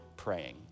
Praying